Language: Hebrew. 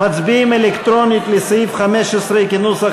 חברי הכנסת